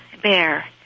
Bear